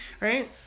right